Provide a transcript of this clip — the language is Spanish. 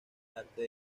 arte